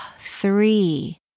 Three